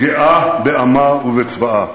גאה בעמה ובצבאה.